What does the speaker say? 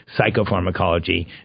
psychopharmacology